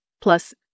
plus